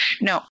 No